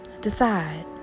Decide